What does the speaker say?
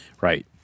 right